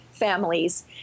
Families